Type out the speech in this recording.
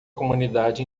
comunidade